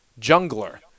Jungler